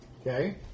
Okay